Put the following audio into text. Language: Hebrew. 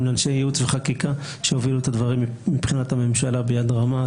לאנשי ייעוץ וחקיקה שהובילו את הדברים מבחינת הממשלה ביד רמה.